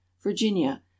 Virginia